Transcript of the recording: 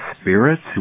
Spirit's